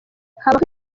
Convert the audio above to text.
habaho